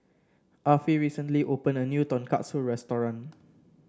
Affie recently opened a new Tonkatsu restaurant